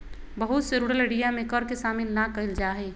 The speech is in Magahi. बहुत से रूरल एरिया में कर के शामिल ना कइल जा हई